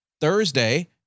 Thursday